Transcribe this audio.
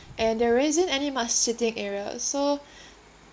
and there isn't any much sitting area so